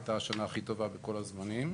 הייתה השנה הכי טובה בכל הזמנים,